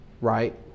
right